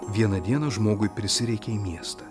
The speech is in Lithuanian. vieną dieną žmogui prisireikė į miestą